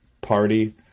party